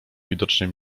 widocznie